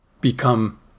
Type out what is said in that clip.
become